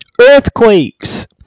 Earthquakes